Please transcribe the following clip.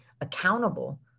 accountable